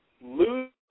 lose